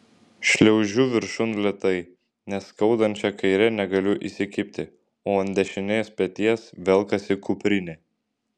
šliaužiu viršun lėtai nes skaudančia kaire negaliu įsikibti o ant dešinės peties velkasi kuprinė